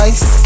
Ice